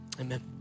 Amen